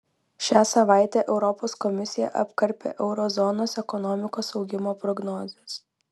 šią savaitę europos komisija apkarpė euro zonos ekonomikos augimo prognozes